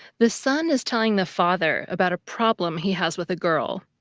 the son is telling the father about a problem he has with a girl,